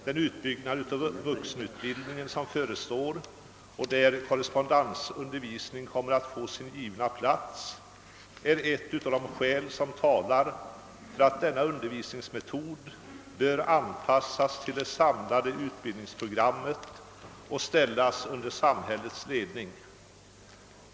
Den utbyggnad av vuxenutbildningen som förestår och i vilken korrespondensundervisning kommer att få sin givna plats är ett av skälen för att denna undervisningsmetod bör anpassas till det samlade utbildningsprogrammet och ställas under samhällets ledning.